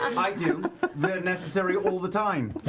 i do! they're necessary all the time.